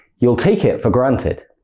you'll take it for granted.